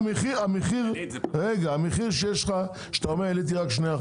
המחיר שיש לך שאתה אומר העליתי רק 2%,